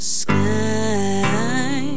sky